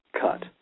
cut